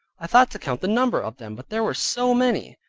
i thought to count the number of them, but they were so many,